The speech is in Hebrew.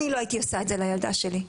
אני לא הייתי עושה את זה לילדה שלי.